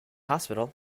hospital